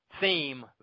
theme